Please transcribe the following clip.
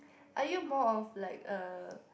are you more of like a